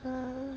mm